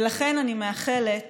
ולכן אני מאחלת